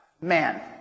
man